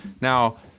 Now